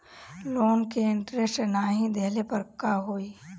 Loan के interest नाही देहले पर का होई?